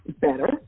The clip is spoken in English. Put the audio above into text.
better